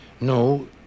No